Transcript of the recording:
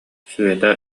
света